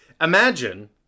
imagine